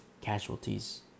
casualties